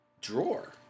drawer